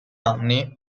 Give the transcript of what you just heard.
anni